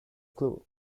clue